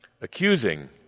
Accusing